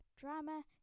drama